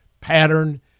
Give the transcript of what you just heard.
pattern